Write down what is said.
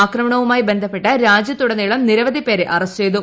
ആക്രമണവുമായി ബന്ധപ്പെട്ട് രാജ്യത്തുടനീളം നിരവധി പേരെ അറസ്റ്റ് ചെയ്തു